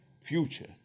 future